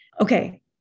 okay